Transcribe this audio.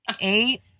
Eight